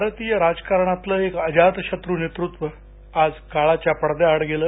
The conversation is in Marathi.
भारतीय राजकारणातलं एक अजातशत्र नेतृत्व आज काळाच्या पडद्याआड गेलं